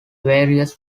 various